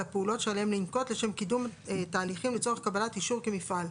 על הפעולות שעליהם לנקוט לשם קידום תהליכים לצורך קבלת אישור כמפעל.